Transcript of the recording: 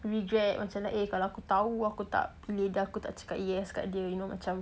regret macam eh kalau aku tahu aku tak pilih dia aku tak cakap yes kat dia macam